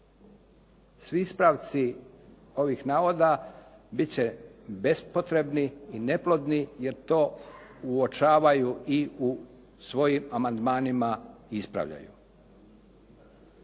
Svi ispravci ovih navoda bit će bespotrebni i neplodni, jer to uočavaju i u svojim amandmanima ispravljaju.